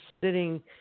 sitting